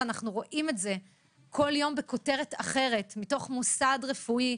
ואנחנו רואים את זה כל יום בכותרת אחרת מתוך מוסד רפואי,